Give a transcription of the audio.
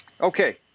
Okay